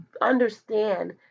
understand